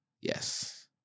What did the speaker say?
Yes